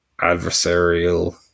adversarial